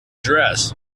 dress